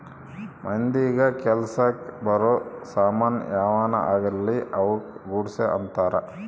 ಮಂದಿಗ ಕೆಲಸಕ್ ಬರೋ ಸಾಮನ್ ಯಾವನ ಆಗಿರ್ಲಿ ಅವುಕ ಗೂಡ್ಸ್ ಅಂತಾರ